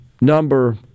number